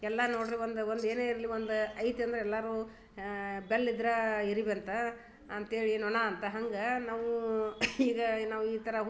ಎಲ್ಲ ನೋಡಿ ರೀ ಒಂದು ಒಂದು ಏನೇ ಇರಲಿ ಒಂದು ಐತಿ ಅಂದ್ರೆ ಎಲ್ಲರೂ ಬೆಲ್ಲ ಇದ್ರೆ ಇರಿವ್ಯಂತ ಅಂತೇಳಿ ನೊಣ ಅಂತ ಹಂಗೆ ನಾವೂ ಈಗ ನಾವು ಈ ಥರ ಹೂವು